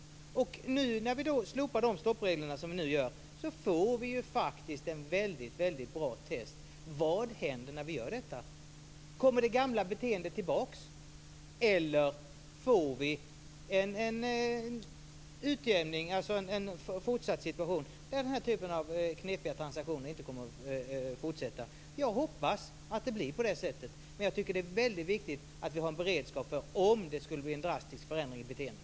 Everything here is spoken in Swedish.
När vi nu slopar dessa stoppregler får vi ju faktiskt en väldigt bra test på vad som händer vid detta slopande. Kommer det gamla beteendet tillbaka, eller blir det så i fortsättningen att den här typen av knepiga transaktioner inte förekommer? Jag hoppas att det blir på det senare sättet, men det är väldigt viktigt att vi har en beredskap för om det skulle bli en drastisk förändring av beteendet.